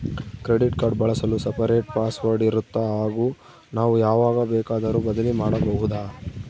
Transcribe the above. Credit card ಬಳಸಲು separate password ಇರುತ್ತಾ ಹಾಗೂ ನಾವು ಯಾವಾಗ ಬೇಕಾದರೂ ಬದಲಿ ಮಾಡಬಹುದಾ?